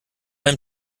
ein